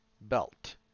belt